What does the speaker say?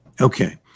Okay